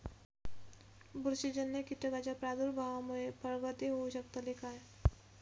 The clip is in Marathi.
बुरशीजन्य कीटकाच्या प्रादुर्भावामूळे फळगळती होऊ शकतली काय?